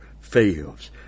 fails